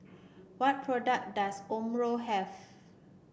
what product does Omron have